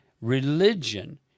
religion